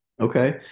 okay